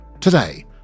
Today